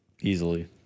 easily